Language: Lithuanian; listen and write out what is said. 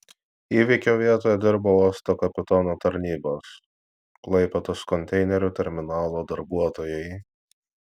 įvykio vietoje dirbo uosto kapitono tarnybos klaipėdos konteinerių terminalo darbuotojai